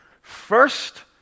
First